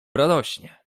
radośnie